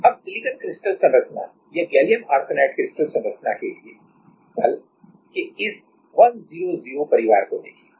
अब silicon crystal संरचना या गैलियम आर्सेनाइड क्रिस्टल संरचना के लिए तल के इस 1 0 0 परिवार को देखें